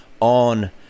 on